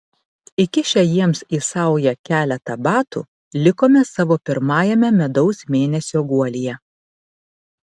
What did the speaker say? įkišę jiems į saują keletą batų likome savo pirmajame medaus mėnesio guolyje